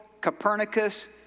Copernicus